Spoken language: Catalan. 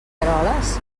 eroles